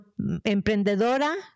emprendedora